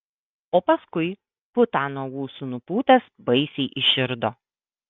o paskui putą nuo ūsų nupūtęs baisiai įširdo